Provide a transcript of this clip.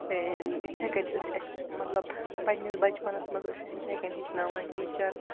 یِتھَے کٔنۍ ٲسۍ اَسہِ مطلب پَنٛنِس بَچپَنَس منٛز ٲسۍ أسۍ یِتھَے کٔنۍ ہیٚچھناوان ٹیٖچر